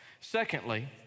Secondly